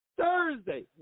Thursday